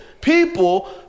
People